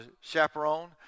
chaperone